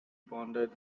bonded